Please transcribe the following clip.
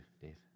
Dave